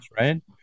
right